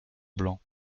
blancs